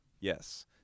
Yes